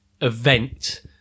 event